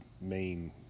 main